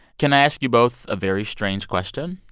can i ask you both a very strange question?